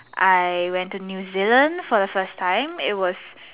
I went to new Zealand for the first time it was